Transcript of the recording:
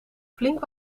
flink